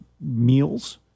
meals